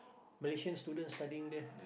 Malaysian students studying there